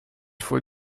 faut